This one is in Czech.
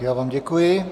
Já vám děkuji.